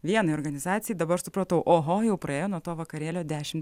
vienai organizacijai dabar supratau oho jau praėjo nuo to vakarėlio dešimt